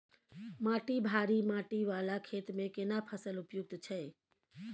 माटी भारी माटी वाला खेत में केना फसल उपयुक्त छैय?